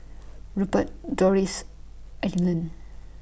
Rupert Dolores Adelyn